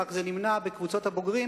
רק זה נמנע בקבוצות הבוגרים,